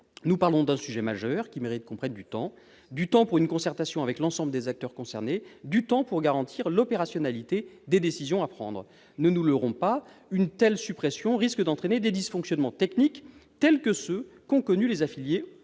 Nous parlons d'un sujet majeur, qui mérite qu'on prenne du temps : du temps pour une concertation avec l'ensemble des acteurs concernés, du temps pour garantir l'opérationnalité des décisions à prendre. Ne nous leurrons pas : une telle suppression risque d'entraîner des dysfonctionnements techniques tels que ceux qu'ont connus les affiliés